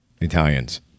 italians